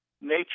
nature